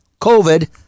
COVID